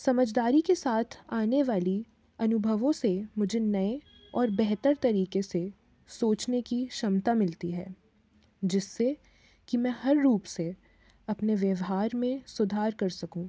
समझदारी के साथ आने वाले अनुभवों से मुझे नए और बेहतर तरीक़े से सोचने की क्षमता मिलती है जिससे कि मैं हर रूप से अपने व्यवहार में सुधार कर सकूँ